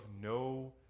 no